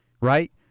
right